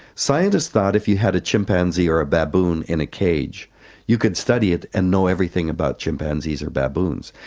scientists thought if you had a chimpanzee or a baboon in a cage you could study it and know everything about chimpanzees or baboons.